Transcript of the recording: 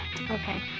Okay